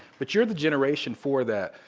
but you're the generation for that.